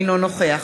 אינו נוכח